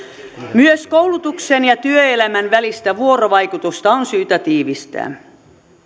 myös koulutuksen ja työelämän välistä vuorovaikutusta on syytä tiivistää